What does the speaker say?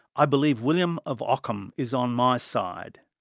i believe william of ockham is on my side.